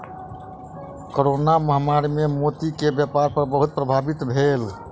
corona महामारी मे मोती के व्यापार बहुत प्रभावित भेल